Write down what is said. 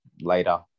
later